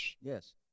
Yes